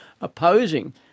opposing